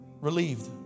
Relieved